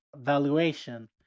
valuation